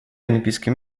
олимпийским